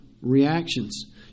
reactions